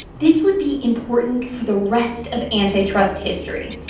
this would be important for the rest of antitrust history.